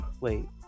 wait